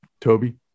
Toby